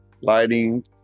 lighting